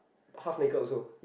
half naked also